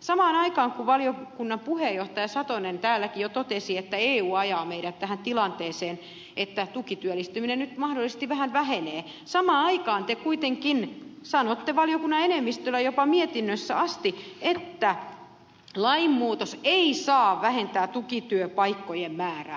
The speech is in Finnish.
samaan aikaan kun valiokunnan puheenjohtaja satonen täälläkin jo totesi että eu ajaa meidät tähän tilanteeseen että tukityöllistyminen nyt mahdollisesti vähän vähenee te kuitenkin sanotte valiokunnan enemmistölle jopa mietinnössä asti että lainmuutos ei saa vähentää tukityöpaikkojen määrää